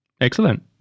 Excellent